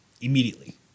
immediately